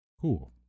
cool